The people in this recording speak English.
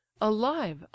alive